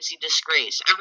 Disgrace